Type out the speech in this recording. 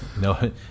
No